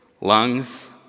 lungs